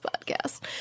podcast